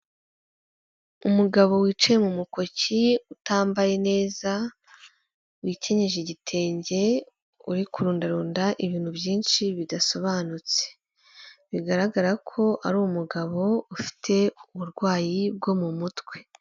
Umugabo wicaye mu mukoki utambaye neza, wikenyeje igitenge uri kurundarunda ibintu byinshi bidasobanutse, bigaragara ko ari umugabo ufite uburwayi bwo mu mutwe.